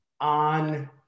on